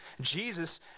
Jesus